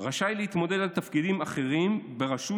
"רשאי להתמודד על תפקידים אחרים ברשות,